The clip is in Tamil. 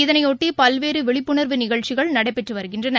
இதனையொட்டிபல்வேறுவிழிப்புணா்வு நிகழ்ச்சிகள் நடைபெற்றுவருகின்றன